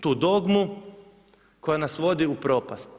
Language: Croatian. Tu dogmu koja nas vodi u propast.